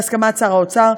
בהסכמת שר האוצר.